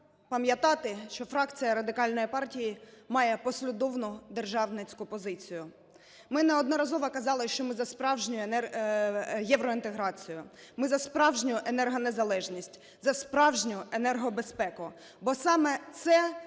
пам'ятати, що фракція Радикальної партії має послідовну державницьку позицію. Ми неодноразово казали, що ми за справжню євроінтеграцію, ми за справжню енергонезалежність, за справжню енергобезпеку, бо саме це